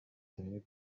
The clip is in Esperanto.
tre